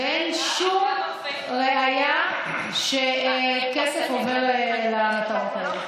ואין שום ראיה שכסף עובר למטרות האלה.